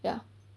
ya